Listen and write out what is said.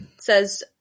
says